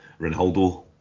Ronaldo